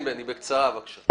בני, בקצרה, בבקשה.